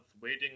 waiting